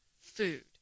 food